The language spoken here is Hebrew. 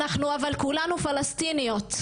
אנחנו אבל כולנו פלסטיניות.